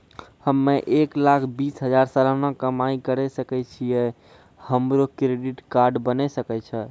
हम्मय एक लाख बीस हजार सलाना कमाई करे छियै, हमरो क्रेडिट कार्ड बने सकय छै?